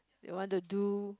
you want to do